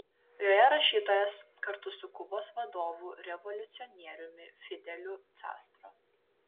joje rašytojas kartu su kubos vadovu revoliucionieriumi fideliu castro